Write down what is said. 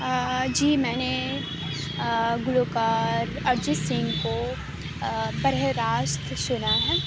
آ جی میں نے گلوکار ارجیت سنگھ کو برہ راست سنا ہے